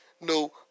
No